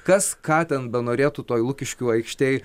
kas ką ten benorėtų toj lukiškių aikštėj